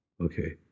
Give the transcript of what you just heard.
okay